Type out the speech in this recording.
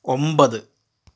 ഒമ്പത്